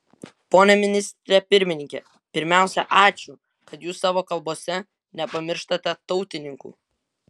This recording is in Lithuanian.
pone ministre pirmininke pirmiausia ačiū kad jūs savo kalbose nepamirštate tautininkų